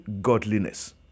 godliness